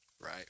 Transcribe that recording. right